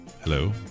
Hello